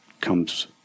comes